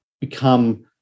become